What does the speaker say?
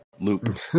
loop